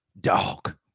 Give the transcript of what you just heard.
Dog